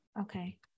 Okay